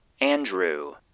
Andrew